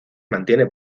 mantiene